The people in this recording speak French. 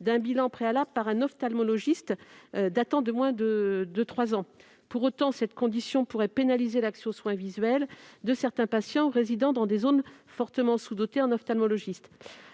d'un bilan préalable par un ophtalmologiste datant de moins de trois ans. Pour autant, cette condition pourrait pénaliser l'accès aux soins visuels de certains patients résidant dans des zones fortement sous-dotées en ophtalmologistes.